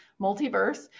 Multiverse